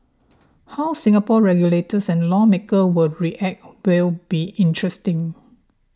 how Singapore's regulators and lawmakers will react will be interesting